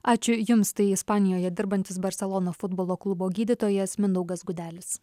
ačiū jums tai ispanijoje dirbantis barselono futbolo klubo gydytojas mindaugas gudelis